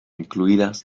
incluidas